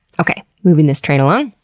okay, moving this train along.